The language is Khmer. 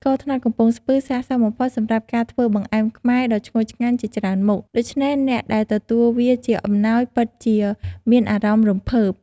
ស្ករត្នោតកំំពង់ស្ពឺសាកសមបំផុតសម្រាប់ការធ្វើបង្អែមខ្មែរដ៏ឈ្ងុយឆ្ងាញ់ជាច្រើនមុខ ដូច្នេះអ្នកដែលទទួលវាជាអំណោយពិតជាមានអារម្មណ៍រំភើប។